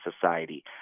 Society